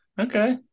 Okay